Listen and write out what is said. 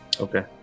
Okay